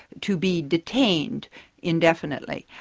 to be detained indefinitely.